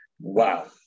Wow